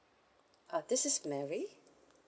uh this is mary